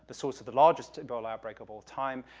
the source of the largest ebola outbreak of all time,